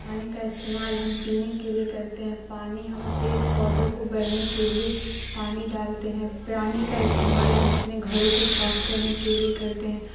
پانی کا استعمال ہم پینے کے لیے کرتے ہیں پانی ہم پیڑ پودوں کو بڑھنے کے لیے پانی ڈالتے ہیں پانی کا استعمال ہم اپنے گھروں کو صاف کرنے کے لیے کرتے ہیں